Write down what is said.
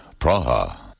Praha